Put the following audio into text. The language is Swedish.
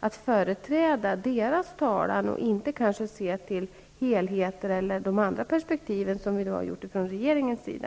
att föra sin talan. Man kanske inte då ser till helheten, eller ser ur andra perspektiv, vilket regeringen gör.